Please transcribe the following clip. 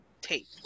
tape